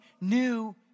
new